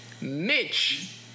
Mitch